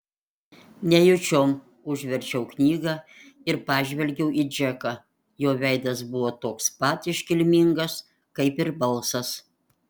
nejučiom užverčiau knygą ir pažvelgiau į džeką jo veidas buvo toks pat iškilmingas kaip ir balsas